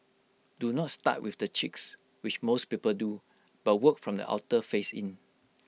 do not start with the cheeks which most people do but work from the outer face in